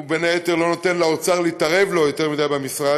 הוא בין היתר לא נותן לאוצר להתערב לו יותר מדי במשרד,